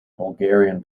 bulgarian